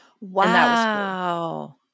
Wow